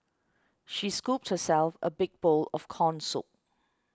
she scooped herself a big bowl of Corn Soup